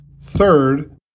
Third